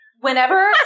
whenever